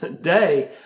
day